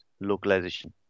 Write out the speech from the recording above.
localization